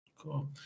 Cool